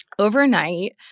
Overnight